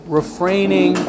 refraining